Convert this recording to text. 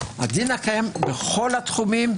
הדין הקיים בכל התחומים,